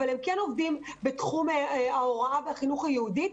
אבל הם כן עובדים בתחום ההוראה והחינוך היהודי.